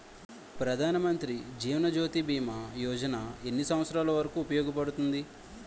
ప్రధాన్ మంత్రి జీవన్ జ్యోతి భీమా యోజన ఎన్ని సంవత్సారాలు వరకు ఉపయోగపడుతుంది?